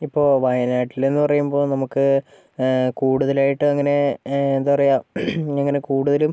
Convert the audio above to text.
ഇപ്പോൾ വയനാട്ടിൽ എന്ന് പറയുമ്പോൾ നമുക്ക് കൂടുതലായിട്ട് അങ്ങനെ എന്താ പറയുക അങ്ങനെ കൂടുതലും